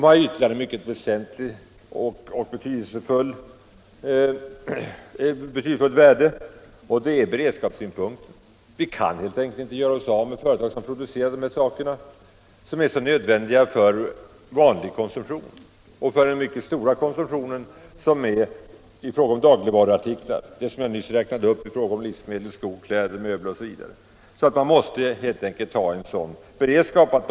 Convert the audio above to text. Från beredskapssynpunkt har de små företagen ett mycket väsentligt värde. Vi kan helt enkelt inte göra oss av med företag som producerar saker som är så nödvändiga för vanlig konsumtion och för den mycket stora konsumtionen av dagligvaror — livsmedel, skor, kläder, möbler osv. Dessa företag måste finnas kvar för beredskapens skull.